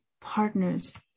partners